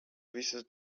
visas